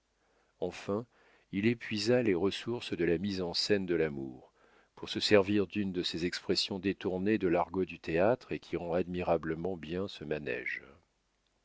enfin il épuisa les ressources de la mise en scène de l'amour pour se servir d'une de ces expressions détournées de l'argot du théâtre et qui rend admirablement bien ce manége